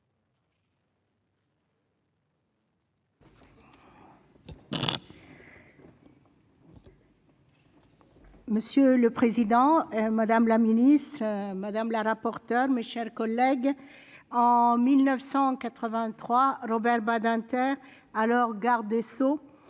Monsieur le président, madame la ministre, mes chers collègues, en 1983, Robert Badinter, alors garde des sceaux,